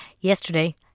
Yesterday